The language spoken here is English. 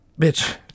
Bitch